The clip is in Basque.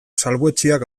salbuetsiak